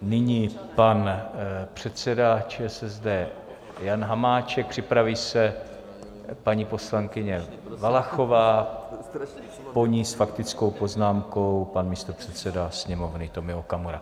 Nyní pan předseda ČSSD Jan Hamáček, připraví se paní poslankyně Valachová, po ní s faktickou poznámkou pan místopředseda Sněmovny Tomio Okamura.